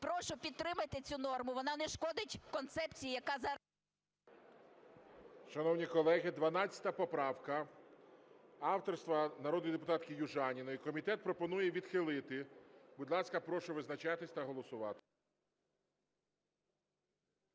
Прошу підтримайте цю норму, вона не шкодить концепції, яка зараз... ГОЛОВУЮЧИЙ. Шановні колеги, 12 поправка авторства народної депутатки Южаніної. Комітет пропонує відхилити. Будь ласка, прошу визначатися та голосувати.